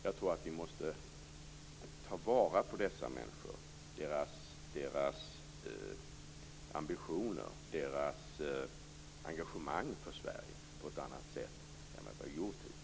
Jag tror att vi måste ta vara på dessa människor, deras ambitioner och engagemang för Sverige på ett annat sätt än vad vi hittills gjort.